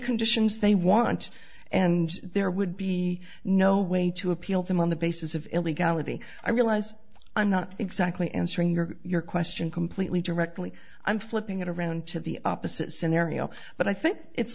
conditions they want and there would be no way to appeal them on the basis of illegality i realize i'm not exactly answering your question completely directly i'm flipping it around to the opposite scenario but i think it's